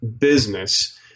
business